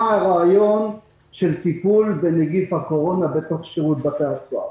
מה הרעיון של טיפול בנגיף הקורונה בתוך שירות בתי הסוהר?